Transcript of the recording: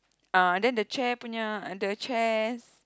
uh then the chair punya the chair's